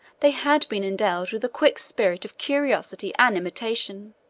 they had been endowed with a quick spirit of curiosity and imitation.